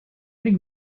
think